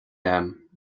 agam